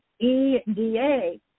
E-D-A